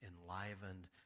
enlivened